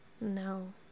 No